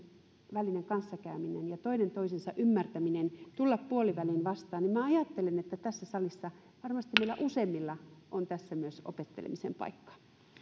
välisessä kanssakäymisessä ja toinen toisensa ymmärtämisessä että tullaan puoliväliin vastaan minä ajattelen että tässä salissa varmasti meillä useimmilla on myös opettelemisen paikka